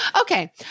Okay